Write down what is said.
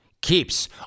Keeps